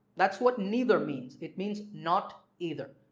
that's what neither means it means not either.